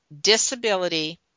disability